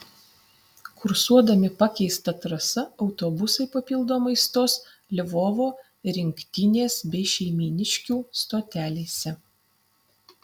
kursuodami pakeista trasa autobusai papildomai stos lvovo rinktinės bei šeimyniškių stotelėse